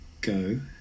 go